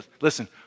listen